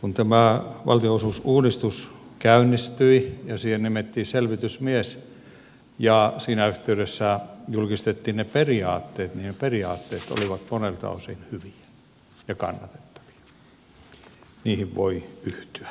kun tämä valtionosuusuudistus käynnistyi ja siihen nimettiin selvitysmies ja siinä yhteydessä julkistettiin ne periaatteet niin ne periaatteet olivat monelta osin hyviä ja kannatettavia niihin voi yhtyä